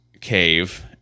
cave